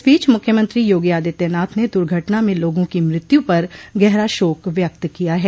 इस बीच मुख्यमंत्री योगी आदित्यनाथ ने दुर्घटना में लोगों की मृत्यु पर गहरा शोक व्यक्त किया है